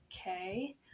okay